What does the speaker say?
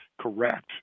correct